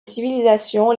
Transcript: civilisations